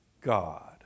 God